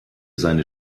seine